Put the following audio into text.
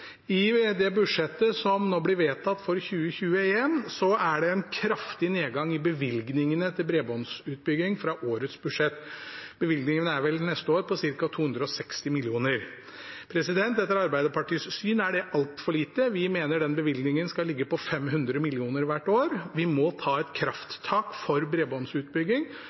I det budsjettet som nå blir vedtatt for 2021, er det en kraftig nedgang i bevilgningene til bredbåndsutbygging fra årets budsjett. Bevilgningene for neste år er vel på ca. 260 mill. kr. Etter Arbeiderpartiets syn er det altfor lite, vi mener den bevilgningen skal ligge på 500 mill. kr hvert år. Vi må ta et krafttak for bredbåndsutbygging,